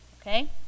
Okay